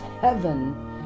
heaven